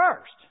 first